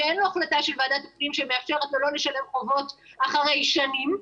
שאין לו החלטה של ועדת הפנים שמאפשרת לו לא לשלם חובות אחרי שנים,